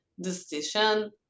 decision